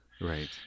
right